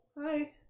Hi